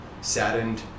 saddened